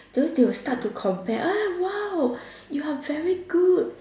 those they will start to compare oh !wow! you are very good